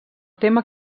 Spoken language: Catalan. tema